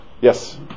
Yes